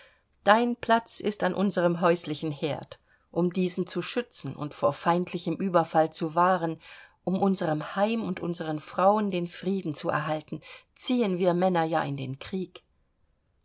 dein platz ist an unserem häuslichen herd um diesen zu schützen und vor feindlichem überfall zu wahren um unserm heim und unsern frauen den frieden zu erhalten ziehen wir männer ja in den krieg